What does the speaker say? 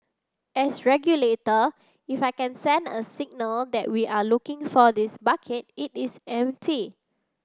as regulator if I can send a signal that we are looking for this bucket it is empty